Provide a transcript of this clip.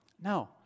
No